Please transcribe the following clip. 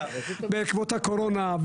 בעקבות הקורונה,